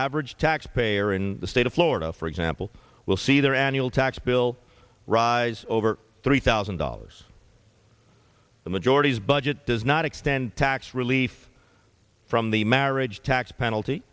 average taxpayer in the state of florida for example will see their annual tax bill rise over three thousand dollars the majority's budget does not extend tax relief from the marriage tax penalty